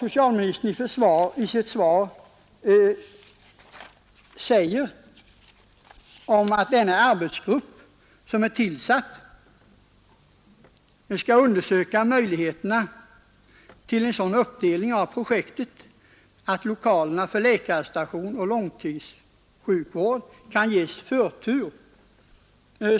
Socialministern säger i svaret att den tillsatta arbetsgruppen ”skall undersöka möjligheterna till en sådan uppdelning av projektet att lokalerna för läkarstation och långtidssjukvård kan ges förtur”.